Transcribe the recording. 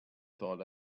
thought